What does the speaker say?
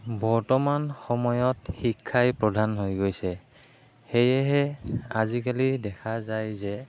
বৰ্তমান সময়ত শিক্ষাই প্ৰধান হৈ গৈছে সেয়েহে আজিকালি দেখা যায় যে